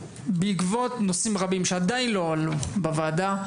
בעקבות נושאים רבים שעדיין לא עלו בוועדה,